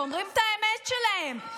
ואומרים את האמת שלהם.